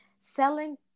selling